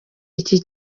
iki